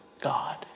God